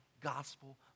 gospel